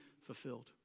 fulfilled